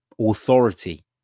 authority